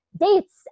dates